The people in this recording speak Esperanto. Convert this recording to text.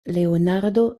leonardo